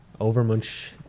Overmunch